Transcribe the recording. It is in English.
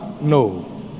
no